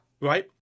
Right